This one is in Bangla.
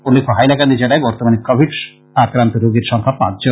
উল্লেখ্য হাইলাকান্দি জেলায় বর্তমানে কোবিড আক্রান্ত রোগীর সংখ্যা পাঁচ জন